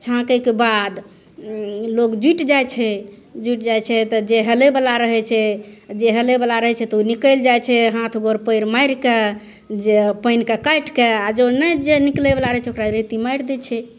छाँकैके बाद लोक जुटि जाइ छै जुटि जाइ छै तऽ जे हेलैवला रहै छै जे हेलैवला रहै छै तऽ ओ निकलि जाइ छै हाथ गोड़ पाएर मारिके जे पानिके काटिके आओर जँ नहि जे निकलैवला रहै छै ओकरा रेती मारि दै छै